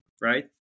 right